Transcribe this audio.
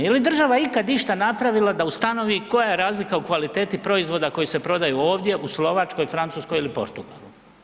Jeli država ikad išta napravila da ustanovi koja je razlika u kvaliteti proizvoda koji se prodaju ovdje u Slovačkoj, Francuskoj ili Portugalu?